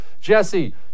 Jesse